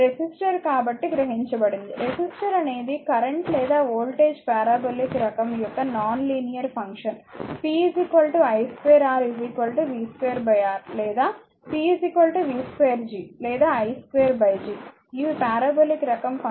resistor కాబట్టి గ్రహించబబడింది resistor అనేది కరెంట్ లేదా వోల్టేజ్ పారాబొలిక్ రకం యొక్క non linear function p i2 R v2 R లేదా p v2 G లేదా i2 G ఇవి పారాబొలిక్ రకం ఫంక్షన్లు సరే